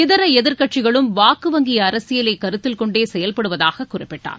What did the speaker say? இதர எதிர்க்கட்சிகளும் வாக்கு வங்கி அரசியலை கருத்தில் கொண்டே செயல்படுவதாக குறிப்பிட்டார்